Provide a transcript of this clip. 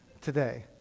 today